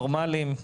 נורמליים,